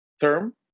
term